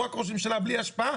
הוא רק ראש ממשלה בלי השפעה.